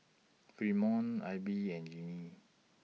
Fremont Abie and Gennie